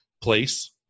place